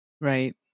Right